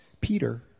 Peter